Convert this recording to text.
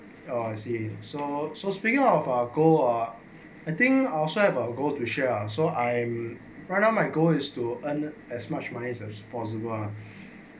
oh I see so so speaking of our goal ah I think also ever go to share lah so I am right now my goal is to earn as much money as possible ah